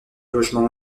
logement